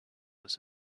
was